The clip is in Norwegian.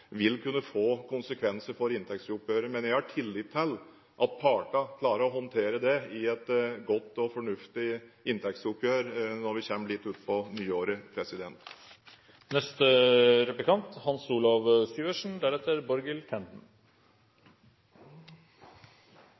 vil kunne få konsekvenser for inntektsoppgjøret. Men jeg har tillit til at partene klarer å håndtere det i et godt og fornuftig inntektsoppgjør når vi kommer litt ut på nyåret.